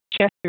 Chester